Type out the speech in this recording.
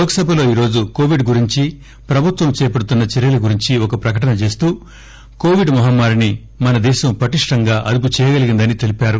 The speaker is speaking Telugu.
లోక్సభలో ఈరోజు కోవిడ్ గురించి ప్రభుత్వం చేపడుతున్న చర్యల గురించి ఒక ప్రకటన చేస్తూ కోవిడ్ మహమ్మారిని మనదేశం పటిష్టంగా అదుపుచేయగలిగిందని తెలిపారు